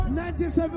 97